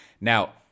now